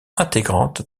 intégrante